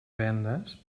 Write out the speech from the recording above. vendes